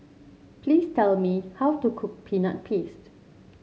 please tell me how to cook Peanut Paste